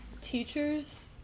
teachers